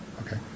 okay